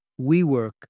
WeWork